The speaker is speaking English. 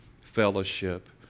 fellowship